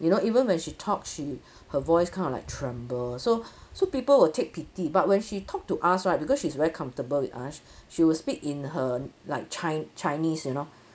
you know even when she talk she her voice kinda like tremble so so people will take pity but when she talk to us right because she's very comfortable with us she would speak in her like chi~ chinese you know